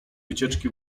wycieczki